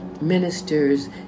ministers